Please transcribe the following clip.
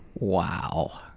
wow.